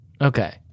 Okay